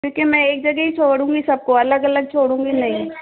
क्योंकि मैं एक जगह ही छोड़ूँगी सबको अलग अलग छोड़ूँगी नहीं